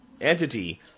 entity